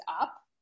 up